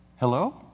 Hello